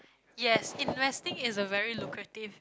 yes investing is a very lucrative